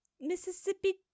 mississippi